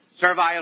servile